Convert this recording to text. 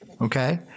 Okay